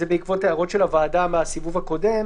בעקבות הערות של הוועדה מהסיבוב הקודם.